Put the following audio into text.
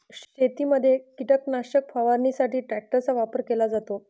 शेतीमध्ये कीटकनाशक फवारणीसाठी ट्रॅक्टरचा वापर केला जातो